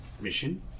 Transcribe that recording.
mission